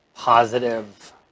positive